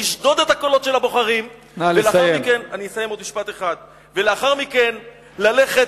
לשדוד את הקולות של הבוחרים ולאחר מכן ללכת